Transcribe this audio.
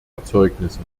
erzeugnisse